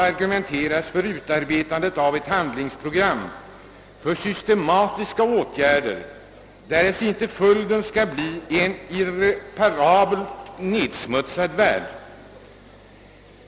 argumenteras för utarbetandet av ett handlingsprogram för systematiska åtgärder, därest inte följden skall bli en irreparabelt nedsmutsad värld.